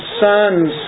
sons